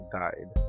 died